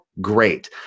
Great